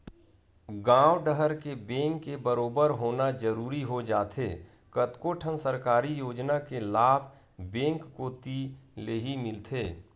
गॉंव डहर के बेंक के बरोबर होना जरूरी हो जाथे कतको ठन सरकारी योजना के लाभ बेंक कोती लेही मिलथे